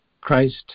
Christ